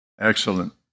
Excellent